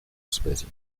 especie